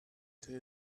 tell